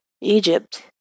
Egypt